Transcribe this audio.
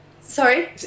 Sorry